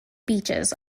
beaches